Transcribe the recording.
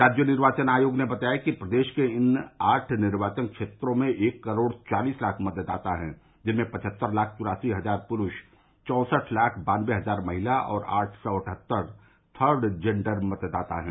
राज्य निर्वाचन आयोग ने बताया कि प्रदेश के इन आठ निर्वाचन क्षेत्रों में एक करोड़ चालीस लाख मतदाता है जिनमें पचहत्तर लाख तिरासी हजार पुरूष चौसठ लाख बान्नबे हजार महिला और आठ सौ अट्ठहत्तर थर्ड जेंडर मतदाता है